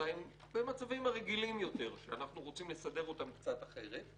אלא הן במצבים הרגילים יותר שאנחנו רוצים לסדר אותם קצת אחרת.